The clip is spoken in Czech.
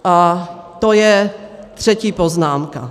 A to je třetí poznámka.